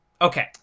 Okay